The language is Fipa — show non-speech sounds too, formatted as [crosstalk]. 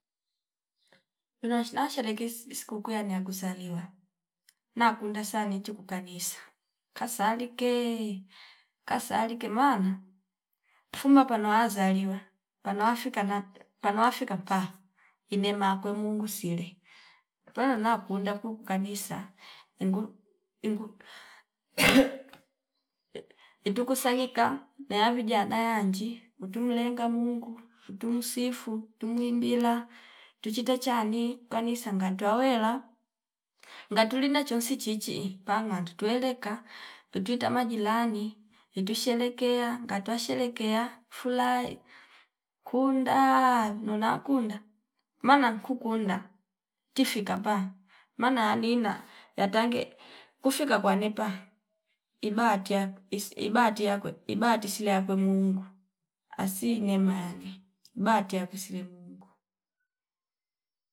Wino nsha sherekis sikuku ya nia kuzaliwa na kunda sane inju kukanisa kasali ke kasali ke maaala fuma pano wazaliwa pano wafika nape pano wafika pa imema kwe Mungu sile panona kunda kuuku kanisa ingu- ingu [noise] itu kusanyika neya vijana yanji utu mlenga Mungu utu msifu tumu imbila tuchieta chani kanisa ngatwa wela ngatu linda chonsi chichi panga nganda tueleka utwita majilani itwi sherekea ngatwa sherekea fulahi kuunda vino na kunda maana nankukunda tifika mbaa maana ya nina yatange kufika kwa nepa ibatiya isi ibahati yakwe ibati silie yakwe Mungu asii nema yane ibati yakwe sile Mungu